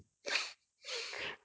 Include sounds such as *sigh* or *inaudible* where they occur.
*noise*